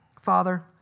Father